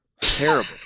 terrible